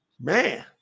man